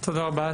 תודה רבה.